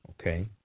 okay